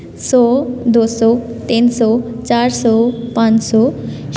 ਸੌ ਦੋ ਸੌ ਤਿੰਨ ਸੌ ਚਾਰ ਸੌ ਪੰਜ ਸੌ ਛ